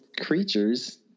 creatures